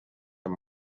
amb